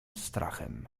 strachem